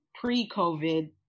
pre-COVID